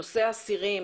נושא האסירים,